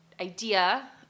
idea